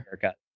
haircut